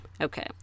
Okay